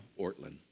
Ortland